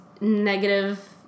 negative